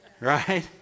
Right